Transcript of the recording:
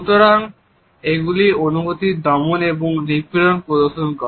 সুতরাং এগুলি অনুভূতির দমন ও নিপীড়ন প্রদর্শন করে